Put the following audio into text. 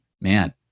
man